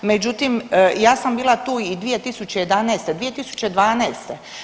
Međutim, ja sam bila tu i 2011., 2012.